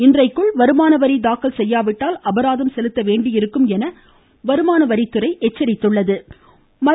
இன்றைக்குள் வருமான வரி தாக்கல் செய்யாவிட்டால் அபராதம் செலுத்த வேண்டியிருக்கும் வருமானவரித்துறை எச்சரித்துள்ளது